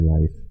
life